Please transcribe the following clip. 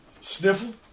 sniffle